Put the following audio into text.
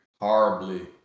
horribly